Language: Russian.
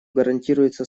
гарантируется